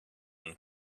when